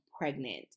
pregnant